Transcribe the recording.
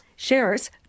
Shares